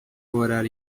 orar